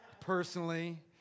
personally